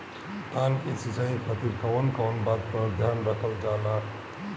धान के सिंचाई खातिर कवन कवन बात पर ध्यान रखल जा ला?